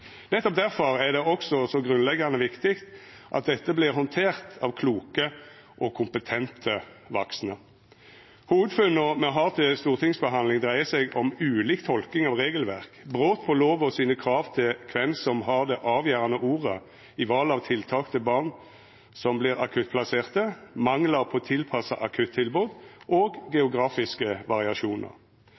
Nettopp difor er det også så grunnleggjande viktig at dette vert handtert av kloke og kompetente vaksne. Hovudfunna me har til stortingsbehandling, dreier seg om ulik tolking av regelverk, brot på krava i lova til kven som har det avgjerande ordet i val av tiltak til barn som vert akuttplasserte, mangel på tilpassa akuttilbod og geografiske variasjonar.